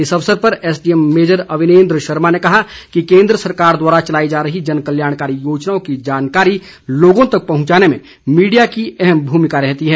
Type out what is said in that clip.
इस अवसर पर S DM major Avinendra Sharma ने कहा कि केन्द्र सरकार द्वारा चलाई जा रही जनकल्याणकारी योजनाओं की जानकारी लोगों तक पहुंचाने में मीडिया की अहम भूमिका रहती है